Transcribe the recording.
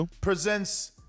presents